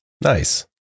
Nice